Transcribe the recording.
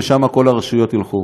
לשם כל הרשויות ילכו.